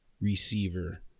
receiver